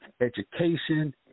education